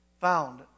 found